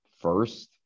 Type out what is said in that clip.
first